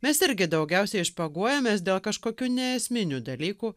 mes irgi daugiausiai špaguojamės dėl kažkokių neesminių dalykų